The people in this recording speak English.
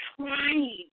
trying